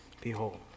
behold